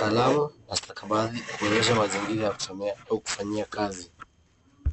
kalamu na stakabadhi ikionyesha mazingira ya kusomea au kufanyia kazi.